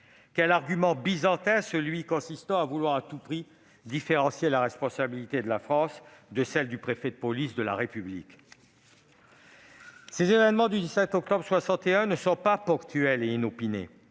un argument byzantin, certains veulent à tout prix différencier la responsabilité de la France de celle du préfet de police de la République. Les événements du 17 octobre 1961 ne sont pas ponctuels ou inopinés.